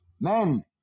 Men